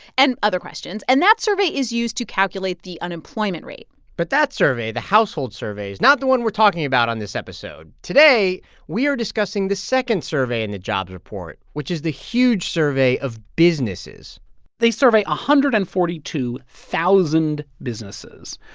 and other questions. and that survey is used to calculate the unemployment rate but that survey, the household survey, is not the one we're talking about on this episode. today we are discussing the second survey in and the jobs report, which is the huge survey of businesses they survey one hundred and forty two thousand businesses.